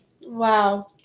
Wow